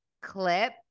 clip